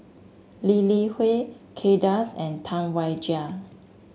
Lee Li Hui Kay Das and Tam Wai Jia